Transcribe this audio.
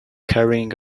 carrying